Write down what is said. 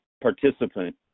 participant